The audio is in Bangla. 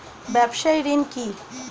ব্যবসায় ঋণ কি?